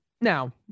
now